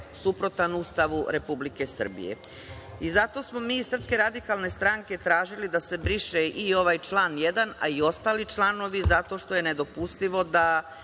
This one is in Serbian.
suprotan Ustavu Republike Srbije. Zato smo mi iz SRS tražili da se briše i ovaj član 1, a i ostali članovi, zato što je nedopustivo da